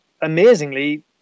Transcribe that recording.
amazingly